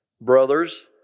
Brothers